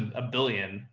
a billion.